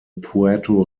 puerto